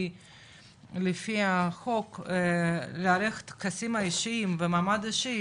לפי החוק לערוך טקסים מאיישים במעמד אישי,